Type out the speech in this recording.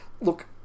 look